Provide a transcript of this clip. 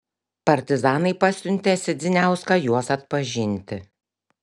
partizanai pasiuntė sedziniauską juos atpažinti